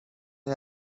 این